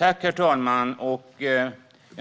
Herr talman! Jag är